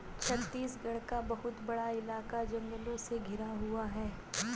छत्तीसगढ़ का बहुत बड़ा इलाका जंगलों से घिरा हुआ है